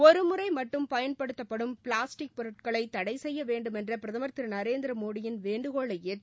ஒரு முறை மட்டும் பயன்படுத்தப்படும் பிளாஸ்டிக் பொருட்களை தடை செய்ய வேண்டுமென்ற பிரதமா் திரு நரேந்திரமோடியின் வேண்டுகோளை ஏற்று